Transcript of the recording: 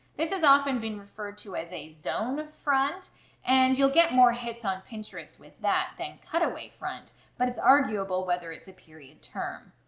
this has often been referred to as a zone front and you'll get more hits on pinterest with that than cutaway front but it's arguable whether it's a period term.